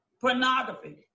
pornography